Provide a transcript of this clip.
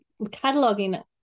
cataloging